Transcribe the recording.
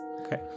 okay